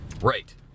Right